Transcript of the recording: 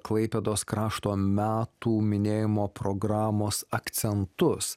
klaipėdos krašto metų minėjimo programos akcentus